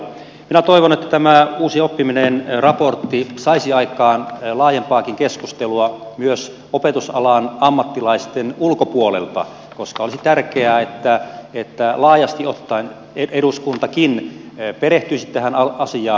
minä toivon että tämä uusi oppiminen raportti saisi aikaan laajempaakin keskustelua myös opetusalan ammattilaisten ulkopuolelta koska olisi tärkeää että laajasti ottaen eduskuntakin perehtyisi tähän asiaan